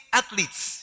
athletes